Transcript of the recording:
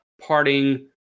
parting